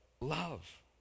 love